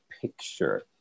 picture